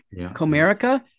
Comerica